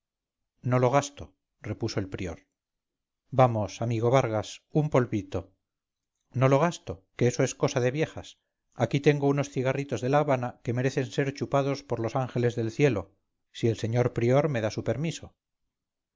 no lo gasto repuso el prior vamos amigo vargas un polvito no lo gasto que eso es cosa de viejas aquí tengo unos cigarritos de la habana que merecen ser chupados por los ángeles del cielo si el señor prior me da su permiso